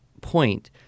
point